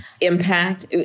impact